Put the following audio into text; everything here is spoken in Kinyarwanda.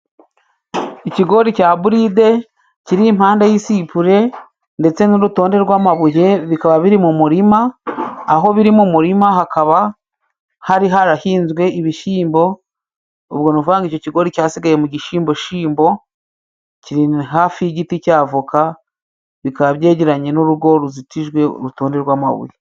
Ikigori cya buride kiri iruhande rw'isipure ndetse n'urutonde rw'amabuye bikaba biri mu murima, aho biri mu murima hakaba hari harahinzwe ibishyimbo, ubwo ni ukuvuga ngo icyo kigori cyasigaye mu gishyimboshyimbo, kiri hafi y'igiti cya voka bikaba byegeranye n'urugo ruzitijwe urutonde rw'amabuye.